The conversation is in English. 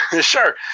Sure